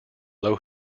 low